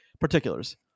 particulars